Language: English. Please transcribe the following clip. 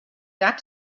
got